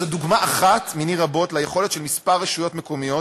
אז זו דוגמה אחת מני רבות ליכולת של כמה רשויות מקומיות